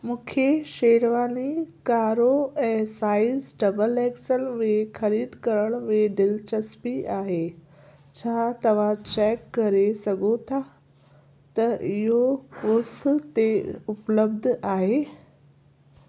मूंखे शेरवानी कारो ऐं साईज़ डबल एक्सल में ख़रीद करण में दिलचस्पी आहे छा तव्हां चेक करे सघो था त इहो कूस ते उपलब्ध आहे